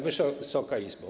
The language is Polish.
Wysoka Izbo!